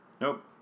Nope